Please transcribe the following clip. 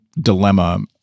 dilemma